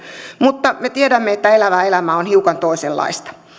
mutta me tiedämme että elävä elämä on hiukan toisenlaista